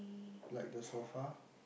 like the sofa